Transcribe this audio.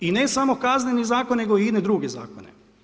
I ne samo Kazneni zakon nego i ine druge zakone.